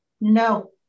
no